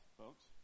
folks